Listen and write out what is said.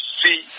see